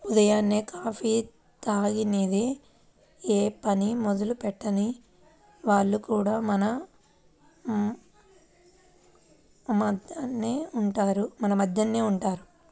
ఉదయాన్నే కాఫీ తాగనిదె యే పని మొదలెట్టని వాళ్లు కూడా మన మద్దెనే ఉంటారు